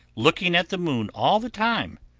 looking at the moon all the time,